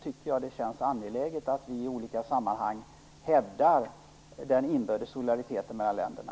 Därför tycker jag att det är angeläget att vi i olika sammanhang hävdar solidariteten inbördes mellan länderna.